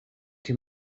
too